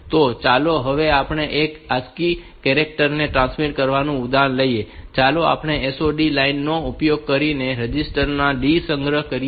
તો ચાલો હવે આપણે એક ASCII કેરેક્ટર ને ટ્રાન્સમિટ કરવાનું ઉદાહરણ લઈએ ચાલો આપણે આ SOD લાઇન નો ઉપયોગ કરીને તેને રજિસ્ટર B માં સંગ્રહ કરીએ